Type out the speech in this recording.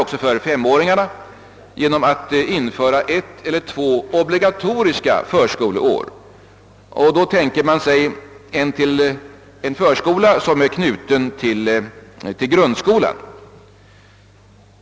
också för femåringar — skulle ordnas genom att ett eller två obligatoriska förskoleår införs. Då tänker man sig en förskola som är knuten till grundskolan.